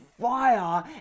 fire